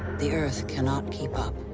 the earth cannot keep up.